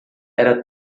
era